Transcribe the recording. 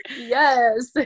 Yes